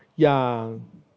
ya